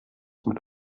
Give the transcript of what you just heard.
mit